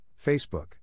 Facebook